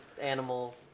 animal